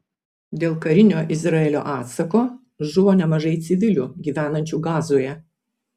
dėl karinio izraelio atsako žuvo nemažai civilių gyvenančių gazoje